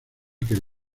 que